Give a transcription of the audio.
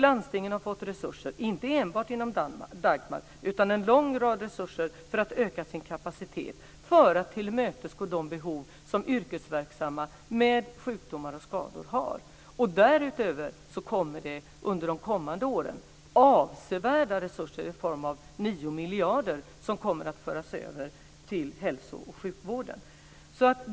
Landstingen har också fått resurser, inte bara inom Dagmar utan en lång rad resurser, för att öka sin kapacitet att tillmötesgå de behov som yrkesverksamma med sjukdomar och skador har. Därutöver kommer under de kommande åren avsevärda resurser i form av 9 miljarder kronor att föras över till hälsooch sjukvården.